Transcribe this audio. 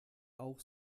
auch